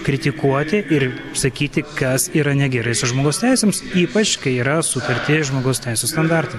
kritikuoti ir sakyti kas yra negerai su žmogaus teisėmis ypač kai yra sukurti žmogaus teisių standartai